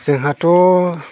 जोंहाथ'